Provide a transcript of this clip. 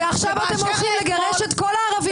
ועכשיו אתם הולכים לגרש את כל הערבים